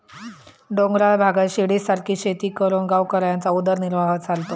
डोंगराळ भागात शिडीसारखी शेती करून गावकऱ्यांचा उदरनिर्वाह चालतो